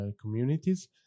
communities